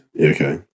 okay